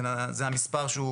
זה המספר שהוא,